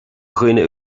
dhaoine